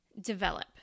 develop